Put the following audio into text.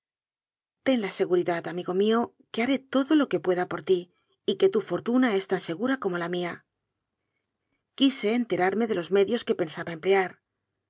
ten la se guridad amigo mío que haré todo lo que pueda por ti y que tu fortuna es tan segura como la mía quise enterarme de los medios que pensaba emplear